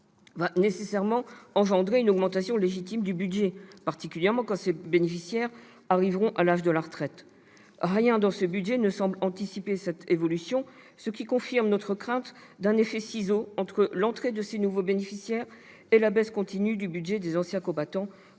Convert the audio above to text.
va nécessairement engendrer une augmentation légitime du budget, particulièrement quand ces bénéficiaires arriveront à l'âge de la retraite. Rien, dans ce budget, ne semble anticiper cette évolution, ce qui confirme notre crainte d'un effet de ciseaux entre l'entrée de ces nouveaux bénéficiaires et la baisse continue du budget des anciens combattants,